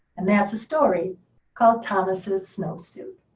and that's the story called thomas's snowsuit.